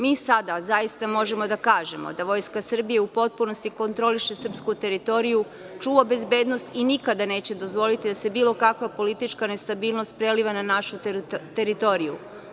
Mi sada, zaista, možemo da kažemo da Vojska Srbije u potpunosti kontroliše srpsku teritoriju, čuva bezbednost i nikada neće dozvoliti da se bilo kakva politička nestabilnost preliva na našu teritoriju.